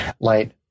light